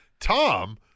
Tom